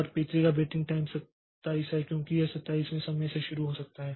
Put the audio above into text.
और P3 का waiting time 27 है क्योंकि यह 27 वें समय से शुरू हो सकता है